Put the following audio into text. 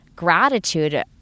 gratitude